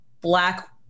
black